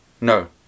no